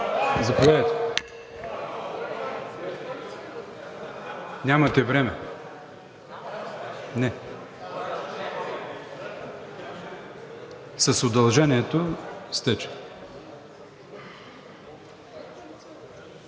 Заповядайте. Нямате време. Не. С удължението изтече.